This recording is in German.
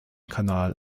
kanal